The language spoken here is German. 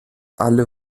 alle